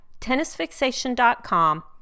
tennisfixation.com